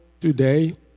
today